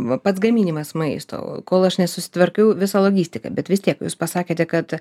va pats gaminimas maisto kol aš nesusitvarkiau visą logistiką bet vis tiek jūs pasakėte kad